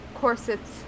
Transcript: corsets